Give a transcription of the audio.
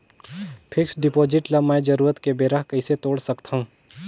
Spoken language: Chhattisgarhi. फिक्स्ड डिपॉजिट ल मैं जरूरत के बेरा कइसे तोड़ सकथव?